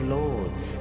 lords